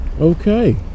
Okay